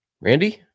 Randy